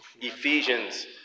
Ephesians